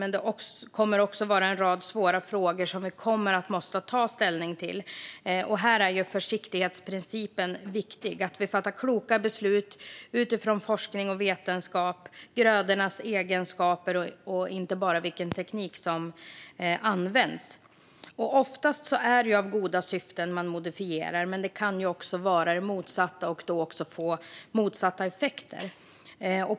Men med det kommer också en rad svåra frågor som vi måste ta ställning till. Här är försiktighetsprincipen viktig - att vi fattar kloka beslut utifrån forskning och vetenskap och grödornas egenskaper och inte bara vilken teknik som används. Oftast är det med goda syften man modifierar, men det kan också vara med det motsatta och få motsatta effekter.